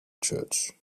church